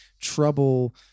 trouble